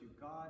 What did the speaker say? God